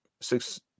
six